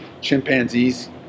chimpanzees